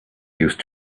used